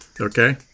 Okay